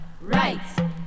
right